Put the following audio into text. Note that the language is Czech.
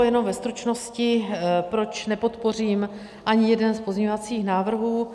Jenom ve stručnosti, proč nepodpořím ani jeden z pozměňovacích návrhů.